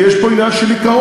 כי יש פה עניין של עיקרון,